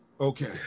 Okay